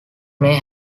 may